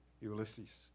Ulysses